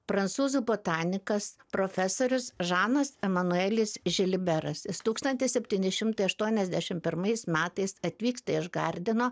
prancūzų botanikas profesorius žanas emanuelis žiliberas jis tūkstantis septyni šimtai aštuoniasdešimt pirmais metais atvyksta iš gardino